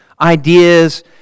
ideas